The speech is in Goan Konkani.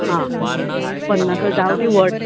आं पन्नासा गांवटी व्हड